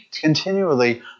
continually